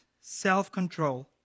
self-control